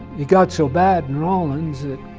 it got so bad in rawlins that